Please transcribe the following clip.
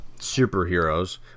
superheroes